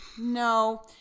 no